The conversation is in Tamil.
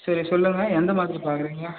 சரி சொல்லுங்கள் எந்த மாதிரி பார்க்குறீங்க